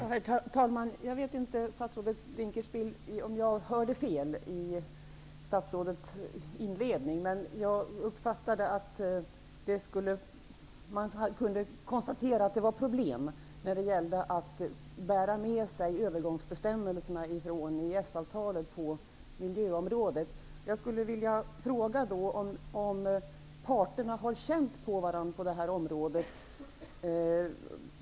Herr talman! Jag vet inte, statsrådet Dinkelspiel, om jag hörde fel när jag lyssnade till statsrådets inledning, men man kunde konstatera att det var problem när det gällde att bära med sig övergångsbestämmelserna från EES-avtalet på miljöområdet. Jag vill fråga om parterna har känt på varandra på detta område.